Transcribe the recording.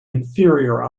inferior